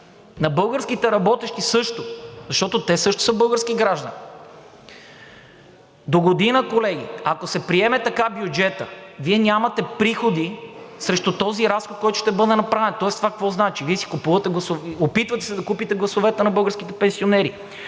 на българските работещи също, защото те също са български граждани. Догодина, колеги, ако се приеме така бюджетът Ви, нямате приходи срещу този разход, който ще бъде направен. Това какво значи? Вие се опитвате да купите гласовете на българските пенсионери,